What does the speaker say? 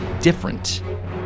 different